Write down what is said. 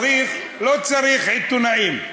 לא צריך עיתונאים,